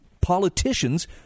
politicians